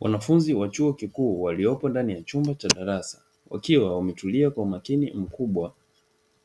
Wanafunzi wa chuo kikuu waliopo ndani ya chumba cha darasa, wakiwa wametulia kwa umakini mkubwa